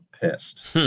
pissed